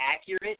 accurate